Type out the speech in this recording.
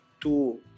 two